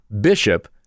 bishop